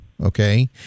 okay